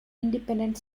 independent